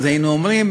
היינו אומרים: